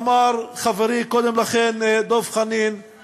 אמר חברי דב חנין קודם לכן,